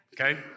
Okay